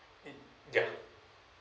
it ya